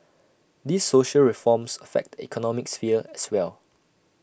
these social reforms affect the economic sphere as well